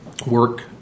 work